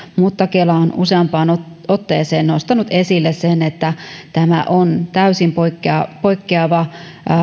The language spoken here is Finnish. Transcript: mutta kela on useampaan otteeseen nostanut esille sen että tämä on täysin poikkeava